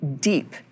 deep